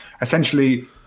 Essentially